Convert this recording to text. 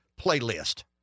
playlist